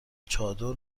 چادر